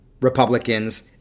Republicans